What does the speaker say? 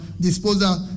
disposal